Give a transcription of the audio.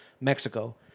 Mexico